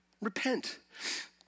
Repent